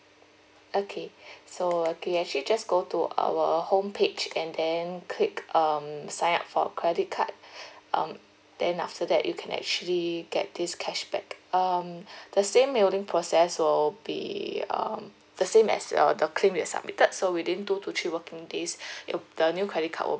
okay so okay actually just go to our homepage and then click um sign up for credit card um then after that you can actually get this cashback um the same mailing process so will be um the same as your the claim you submitted so within two to three working days it'll the new credit card will